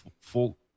full